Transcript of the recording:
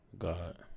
God